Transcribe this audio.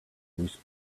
bruce